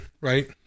right